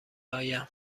آیم